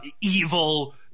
evil